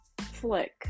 flick